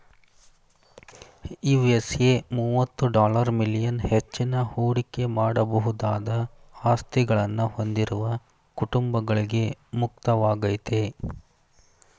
USA ಮುವತ್ತು dollar million ಹೆಚ್ಚಿನ ಹೂಡಿಕೆ ಮಾಡಬಹುದಾದ ಆಸ್ತಿಗಳನ್ನ ಹೊಂದಿರುವ ಕುಟುಂಬಗಳ್ಗೆ ಮುಕ್ತವಾಗೈತೆ